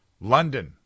London